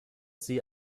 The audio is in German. sie